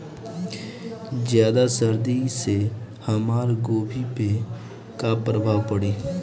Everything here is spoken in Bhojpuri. ज्यादा सर्दी से हमार गोभी पे का प्रभाव पड़ी?